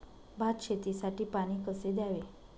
भात शेतीसाठी पाणी कसे द्यावे?